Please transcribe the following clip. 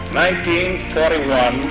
1941